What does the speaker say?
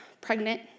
pregnant